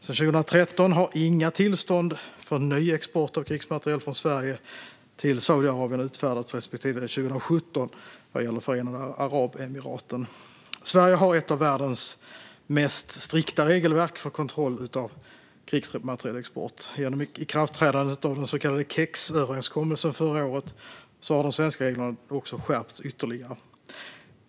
Sedan 2013 har inga tillstånd för ny export av krigsmateriel från Sverige till Saudiarabien utfärdats, respektive 2017 vad gäller Förenade Arabemiraten. Sverige har ett av världens mest strikta regelverk för kontroll av krigsmaterielexport. Genom ikraftträdandet av den så kallade KEX-överenskommelsen förra året har de svenska reglerna även skärpts ytterligare.